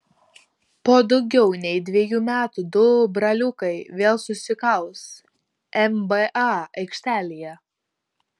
po daugiau nei dviejų metų du braliukai vėl susikaus nba aikštelėje